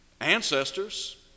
ancestors